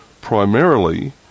primarily